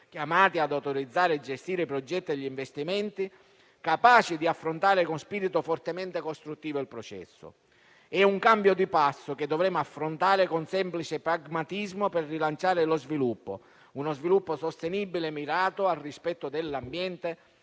chiamati ad autorizzare e gestire i progetti e gli investimenti, capaci di affrontare con spirito fortemente costruttivo il processo. È un cambio di passo che dovremo affrontare con semplice pragmatismo per rilanciare uno sviluppo sostenibile mirato al rispetto dell'ambiente